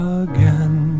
again